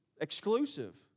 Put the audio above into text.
exclusive